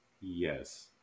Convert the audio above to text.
Yes